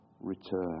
return